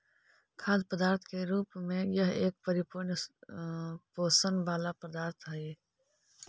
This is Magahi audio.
खाद्य पदार्थ के रूप में यह एक परिपूर्ण पोषण वाला पदार्थ हई